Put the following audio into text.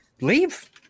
leave